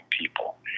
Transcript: people